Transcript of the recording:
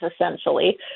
essentially